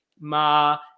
Ma